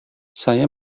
saya